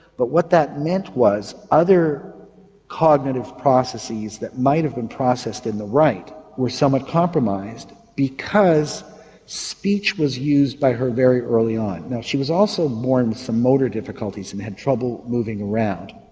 but what that meant was other cognitive processes that might have been processed in the right were somewhat compromised because speech was used by her very early on. now she was also born with some motor difficulties and had trouble moving around.